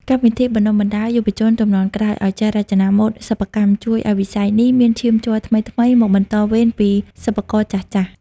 កម្មវិធីបណ្ដុះបណ្ដាលយុវជនជំនាន់ក្រោយឱ្យចេះរចនាម៉ូដសិប្បកម្ម ជួយឱ្យវិស័យនេះមានឈាមជ័រថ្មីៗមកបន្តវេនពីសិប្បករចាស់ៗ។